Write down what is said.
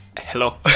Hello